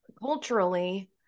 Culturally